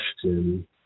question